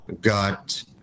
got